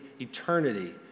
eternity